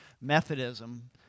Methodism